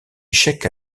échec